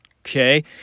Okay